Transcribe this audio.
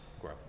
grow